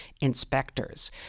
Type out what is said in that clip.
inspectors